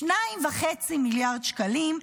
2.5 מיליארד שקלים,